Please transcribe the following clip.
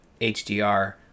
hdr